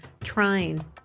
trying